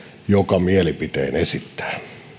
joka mielipiteen esittää